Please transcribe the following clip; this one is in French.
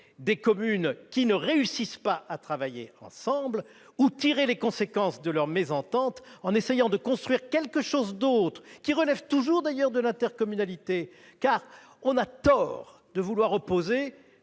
des communes qui ne réussissent pas à travailler ensemble, ou tirer les conséquences de leur mésentente en essayant de construire quelque chose d'autre, qui relève toujours, d'ailleurs, de l'intercommunalité ? Car on a tort de vouloir opposer